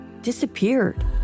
disappeared